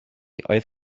oedd